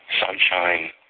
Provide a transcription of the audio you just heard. Sunshine